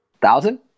thousand